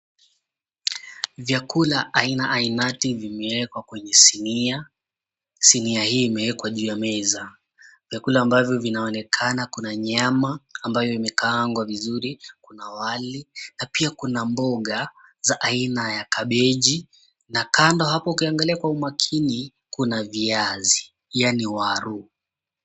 Vyakula aina ainati vimeekwa kwenye sinia. Sinia hii imeekwa juu ya meza. Vyakula ambavyo vinaonekana kuna nyama; ambayo imeekaangwa vizuri, kuna wali, na pia kuna mboga za aina ya kabeji na kando hapo ukiangalia kwa umakini kuna viazi yaani waru .